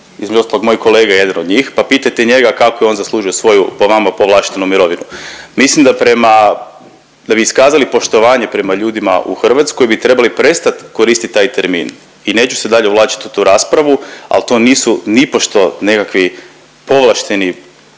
između ostalog moj kolega je jedan od njih, pa pitajte njega kako je on zaslužio svoju po vama povlaštenu mirovinu. Mislim da prema, da bi iskazali poštovanje prema ljudima u Hrvatskoj bi trebali prestat koristit taj termin i neću se dalje uvlačit u tu raspravu, al to nisu nipošto nekakvi povlašteni